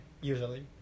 usually